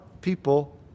people